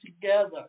together